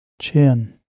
chin